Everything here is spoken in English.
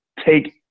Take